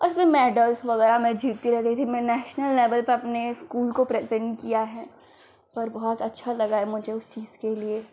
उसमें मेडल्स वग़ैरह मैं जीतती रहती थी मैंने नेशनल लेवल पर अपने स्कूल को प्रेजेन्ट किया है और बहुत अच्छा लगा है मुझे इस चीज़ के लिए